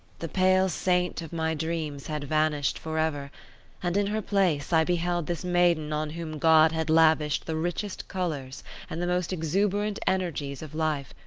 the pale saint of my dreams had vanished for ever and in her place i beheld this maiden on whom god had lavished the richest colours and the most exuberant energies of life,